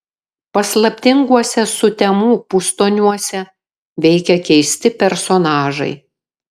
paslaptinguose sutemų pustoniuose veikia keisti personažai